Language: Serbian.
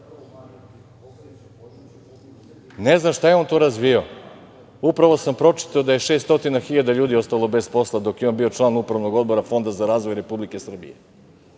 Ne znam šta je on to razvijao. Upravo sam pročitao da je 600.000 ljudi ostalo bez posla dok je on bio član Upravnog odbora Fonda za razvoj Republike Srbije.